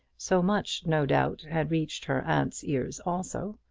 so much, no doubt, had reached her aunt's ears also,